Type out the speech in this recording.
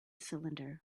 cylinder